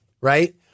right